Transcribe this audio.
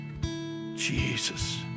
Jesus